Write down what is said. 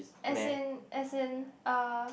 as in as in uh